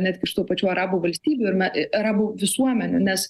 net iš tų pačių arabų valstybių ir na a arabų visuomenių nes